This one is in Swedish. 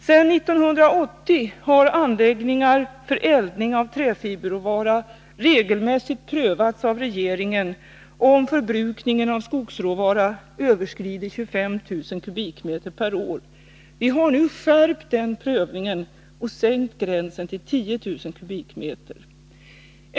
Sedan april 1980 har anläggningar för eldning med träfiberråvara regelmässigt prövats av regeringen, om förbrukningen av skogsråvara överskrider 25 000 kubikmeter per år. Vi har nyligen skärpt den prövningen och sänkt gränsen till 10 000 kubikmeter.